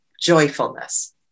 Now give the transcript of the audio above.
joyfulness